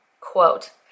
quote